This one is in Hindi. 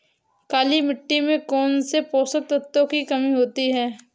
काली मिट्टी में कौनसे पोषक तत्वों की कमी होती है?